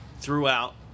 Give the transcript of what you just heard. throughout